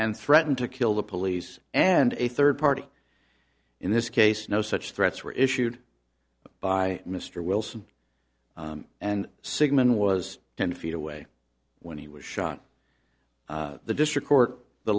and threatened to kill the police and a third party in this case no such threats were issued by mr wilson and sigman was ten feet away when he was shot the district court the